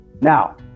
now